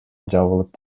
жабылып